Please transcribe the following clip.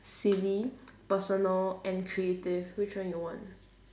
silly personal and creative which one you want